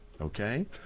okay